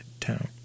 town